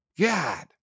God